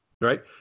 right